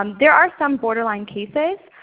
um there are some borderline cases.